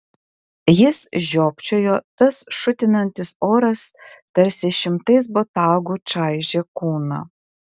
jis žiopčiojo tas šutinantis oras tarsi šimtais botagų čaižė kūną